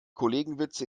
kollegenwitze